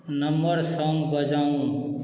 number song बजाउ